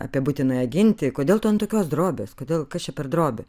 apie būtinąją gintį kodėl tu ant tokios drobės kodėl kas čia per drobė